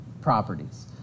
properties